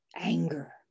anger